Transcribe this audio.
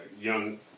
young